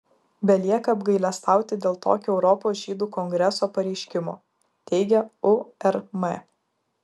belieka apgailestauti dėl tokio europos žydų kongreso pareiškimo teigia urm